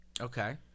Okay